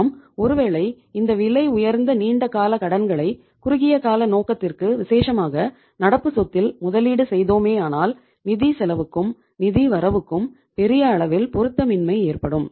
நாம் ஒருவேளை இந்த விலை உயர்ந்த நீண்ட கால கடன்களை குறுகிய கால நோக்கத்திற்கு விசேஷமாக நடப்பு சொத்தில் முதலீடு செய்தோமானால் நிதி செலவுக்கும் நிதி வரவுக்கும் பெரிய அளவில் பொருத்தமின்மை ஏற்படும்